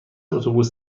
اتوبوس